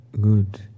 good